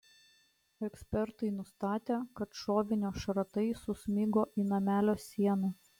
ekspertai nustatė kad šovinio šratai susmigo į namelio sieną